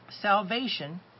salvation